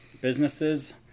businesses